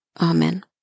Amen